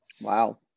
Wow